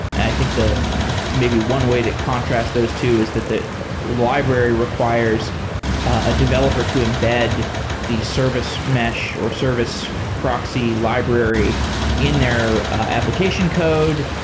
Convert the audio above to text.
i think maybe one way to contrast those two is that the library required a developer to embed the service mesh or service proxy library in their application code.